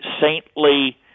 saintly